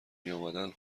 میآمدند